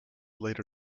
later